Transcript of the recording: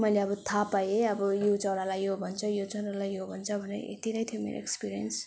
मैले अब थाहा पाएँ अब यो चरालाई यो भन्छ यो चरालाई यो भन्छ भनेर यति नै थियो मेरो एक्सपिरियन्स